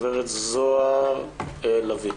זהר סהר לביא.